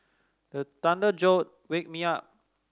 the thunder jolt wake me up